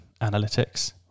Analytics